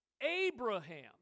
Abraham